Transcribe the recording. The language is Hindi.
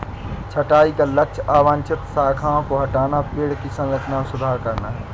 छंटाई का लक्ष्य अवांछित शाखाओं को हटाना, पेड़ की संरचना में सुधार करना है